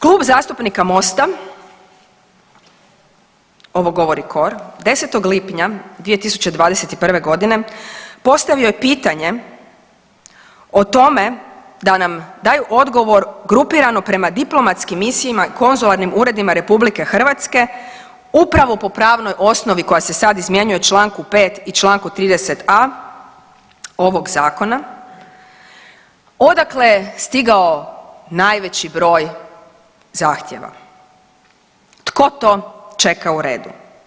Klub zastupnika Mosta, ovo govori kor, 10. lipnja 2021.g. postavio je pitanje o tome da nam daju odgovor grupirano prema diplomatskim misijama, konzularnim uredima RH upravo po pravnoj osnovi koja se sad izmjenjuje u čl. 5. i u čl. 30.a ovog zakona odakle je stigao najveći broj zahtjeva, tko to čeka u redu.